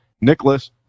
Nicholas